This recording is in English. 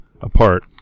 apart